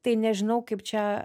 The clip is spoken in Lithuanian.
tai nežinau kaip čia